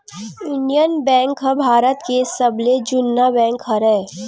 Indian bank ह भारत के सबले जुन्ना बेंक हरय